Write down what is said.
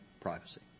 privacy